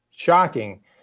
shocking